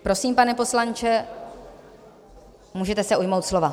Prosím, pane poslanče, můžete se ujmout slova.